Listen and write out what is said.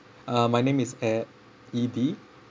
uh my name is ed E D